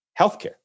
healthcare